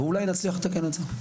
ואולי נצליח לתקן את זה.